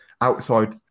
outside